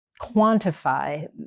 quantify